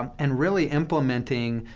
um and really implementing,